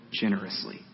generously